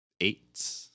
Eight